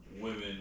Women